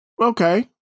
Okay